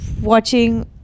watching